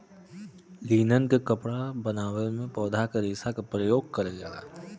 linen क कपड़ा बनवले में पौधा के रेशा क परयोग कइल जाला